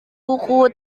buku